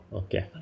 okay